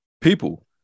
People